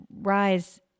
rise